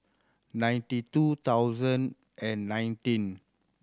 ninety two thousand and nineteen